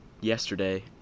yesterday